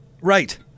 right